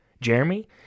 Jeremy